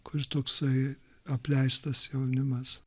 kur toksai apleistas jaunimas